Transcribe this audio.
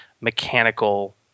mechanical